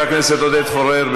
לא אנחנו נפיל אותו.